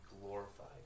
glorified